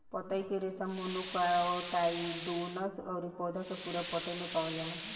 पतई के रेशा मोनोकोटाइलडोनस अउरी पौधा के पूरा पतई में पावल जाला